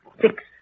Six